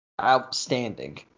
outstanding